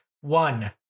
one